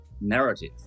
narrative